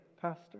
Pastor